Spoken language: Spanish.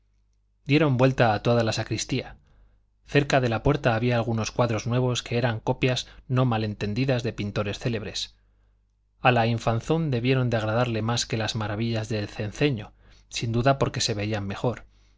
dieron vuelta a toda la sacristía cerca de la puerta había algunos cuadros nuevos que eran copias no mal entendidas de pintores célebres a la infanzón debieron de agradarle más que las maravillas de cenceño sin duda porque se veían mejor